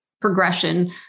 progression